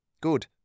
Good